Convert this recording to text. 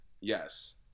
yes